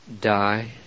die